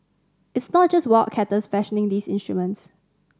it's not just wildcatters fashioning these instruments